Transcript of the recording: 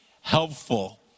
helpful